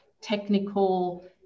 technical